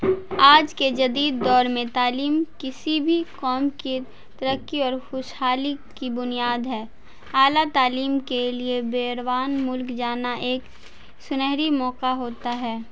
آج کے جدید دور میں تعلیم کسی بھی قوم کی ترقی اور خوشحالی کی بنیاد ہے اعلیٰ تعلیم کے لیے بیرون ملک جانا ایک سنہری موقع ہوتا ہے